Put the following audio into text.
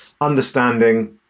understanding